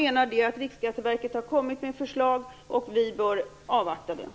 Riksskatteverket har kommit med förslag och jag menar att vi bör avvakta.